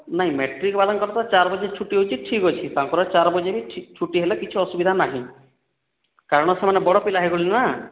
ନାଇଁ ମେଟ୍ରିକ୍ବାଲାଙ୍କର ତ ଚାରବାଜେ ଛୁଟି ହେଉଛି ଠିକ୍ ଅଛି ତାଙ୍କର ଚାରବାଜେ ହିଁ ଛୁଟି ହେଲେ କିଛି ଅସୁବିଧା ନାହିଁ କାରଣ ସେମାନେ ବଡ଼ ପିଲା ହୋଇଗଲେଣି ନା